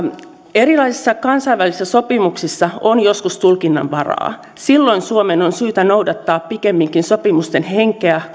erilaisissa kansainvälisissä sopimuksissa on joskus tulkinnanvaraa silloin suomen on syytä noudattaa pikemminkin sopimusten henkeä